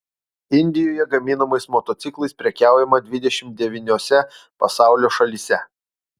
indijoje gaminamais motociklais prekiaujama dvidešimt devyniose pasaulio šalyse